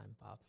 Bob